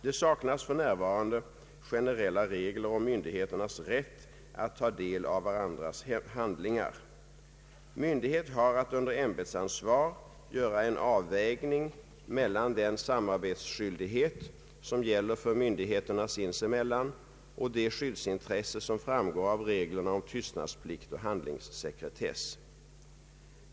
Det saknas f.n. generella regler om myndigheternas rätt att ta del av varandras hemliga handlingar. Myndighet har att under ämbetsansvar göra en avvägning mellan den samarbetsskyldighet, som gäller för myndigheterna sinsemellan, och det skyddsintresse, som framgår av reglerna om tystnadsplikt och handlingssekretess.